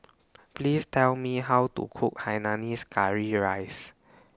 Please Tell Me How to Cook Hainanese Curry Rice